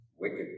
Wicked